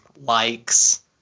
likes